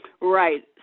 Right